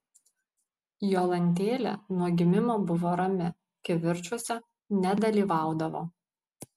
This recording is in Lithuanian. jolantėlė nuo gimimo buvo rami kivirčuose nedalyvaudavo